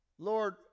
Lord